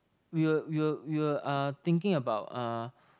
we were we were we were uh thinking about uh